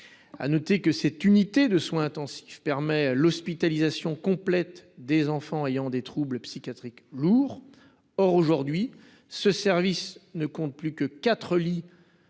Notons que cette unité de soins intensifs permet l’hospitalisation complète des enfants ayant des troubles psychiatriques lourds. Or, aujourd’hui, ce service ne compte plus que quatre